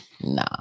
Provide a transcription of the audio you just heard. Nah